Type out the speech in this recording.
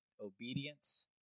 obedience